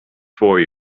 for